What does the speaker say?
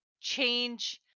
change